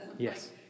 Yes